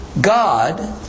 God